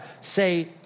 say